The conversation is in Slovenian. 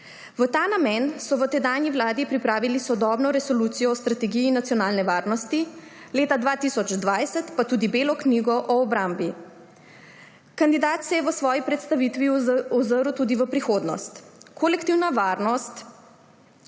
V ta namen so v tedanji vladi pripravili sodobno resolucijo o strategiji nacionalne varnosti, leta 2020 pa tudi belo knjigo o obrambi. Kandidat se je v svoji predstavitvi ozrl tudi v prihodnost. Kolektivna varnost